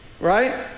right